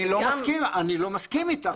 אני לא מסכים אתך.